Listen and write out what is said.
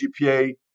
GPA